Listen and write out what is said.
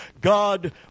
God